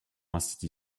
ainsi